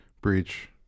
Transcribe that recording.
breach